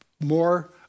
more